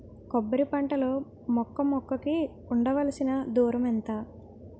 కొబ్బరి పంట లో మొక్క మొక్క కి ఉండవలసిన దూరం ఎంత